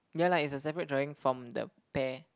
ya lah is a separate drawing from the pear